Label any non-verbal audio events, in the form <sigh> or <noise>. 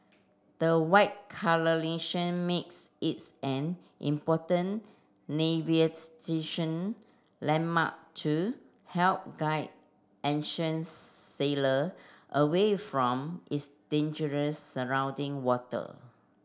the white colouration makes its an important <unintelligible> landmark to help guide ancient sailor away from its dangerous surrounding water